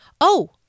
Oh